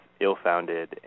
ill-founded